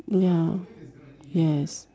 ya yes